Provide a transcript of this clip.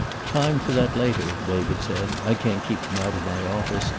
time for that later, david said. i can't keep him out of my office,